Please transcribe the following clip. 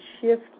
shift